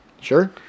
Sure